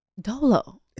Dolo